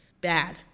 bad